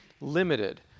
limited